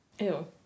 ew